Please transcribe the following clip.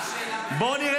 מה השאלה בכלל?